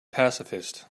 pacifist